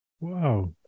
Wow